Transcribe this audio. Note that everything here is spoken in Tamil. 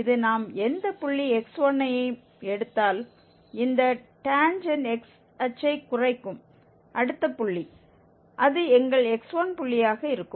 இது நாம் எந்த புள்ளி x1யையும் எடுத்தால் இந்த டேன்ஜெண்ட் x அச்சைக் குறைக்கும் அடுத்த புள்ளி அது எங்கள் x1 புள்ளியாக இருக்கும்